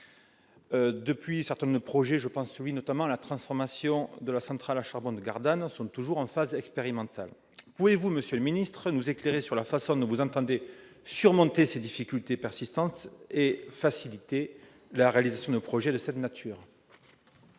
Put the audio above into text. Depuis, un certain nombre de projets, je pense notamment à la transformation de la centrale à charbon de Gardanne, sont toujours en phase expérimentale. Monsieur le secrétaire d'État, pouvez-vous nous éclairer sur la façon dont vous entendez surmonter ces difficultés persistantes et faciliter la réalisation de projets de cette nature ?